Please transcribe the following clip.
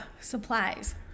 supplies